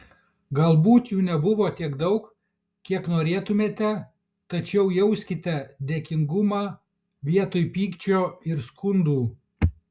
galbūt jų nebuvo tiek daug kiek norėtumėte tačiau jauskite dėkingumą vietoj pykčio ir skundų